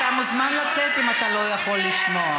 אתה מוזמן לצאת אם אתה לא יכול לשמוע.